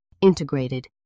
integrated